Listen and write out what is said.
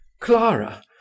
clara